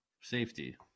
safety